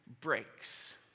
breaks